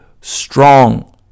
strong